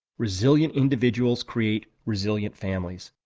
resilient individuals create resilient families,